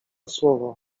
słowo